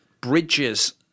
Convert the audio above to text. bridges